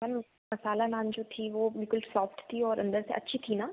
ma'am masala naan जो थी वो बिल्कुल सॉफ़्ट थी और अंदर से अच्छी थी न